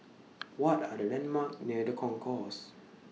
What Are The landmarks near The Concourse